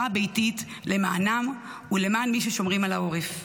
הביתית למענם ולמען מי ששומרים על העורף,